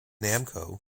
namco